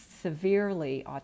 severely